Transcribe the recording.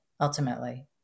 ultimately